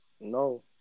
No